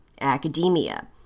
academia